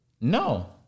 No